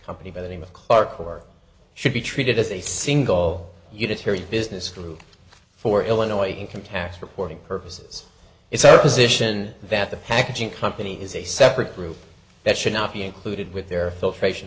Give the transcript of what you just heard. company by the name of clark or should be treated as a single unitary business group for illinois income tax reporting purposes it's our position that the packaging company is a separate group that should not be included with their filtration